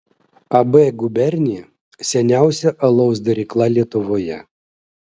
ab gubernija seniausia alaus darykla lietuvoje